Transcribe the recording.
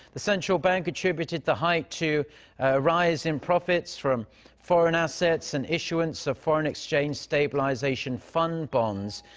the central bank attributed the hike to ah rise in profits from foreign assets and issuance of foreign exchange stabilization fund bonds.